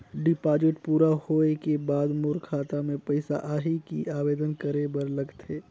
Deposit पूरा होय के बाद मोर खाता मे पइसा आही कि आवेदन करे बर लगथे?